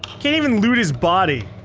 can't even loot his body.